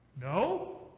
No